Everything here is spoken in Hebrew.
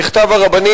מכתב הרבנים,